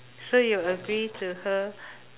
so you agree to her